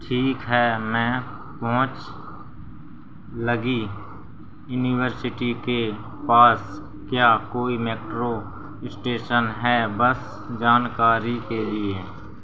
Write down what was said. ठीक है मैं पूछ लगी यूनिवर्सिटी के पास क्या कोई मेट्रो स्टेशन है बस जानकारी के लिए